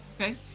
Okay